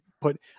put